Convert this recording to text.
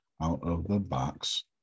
out-of-the-box